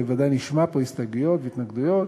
וודאי נשמע פה הסתייגויות והתנגדויות,